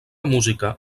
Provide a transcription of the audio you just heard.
música